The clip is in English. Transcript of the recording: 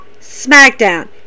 SmackDown